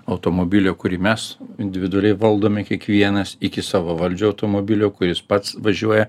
automobilio kurį mes individualiai valdome kiekvienas iki savavaldžio automobilio kuris pats važiuoja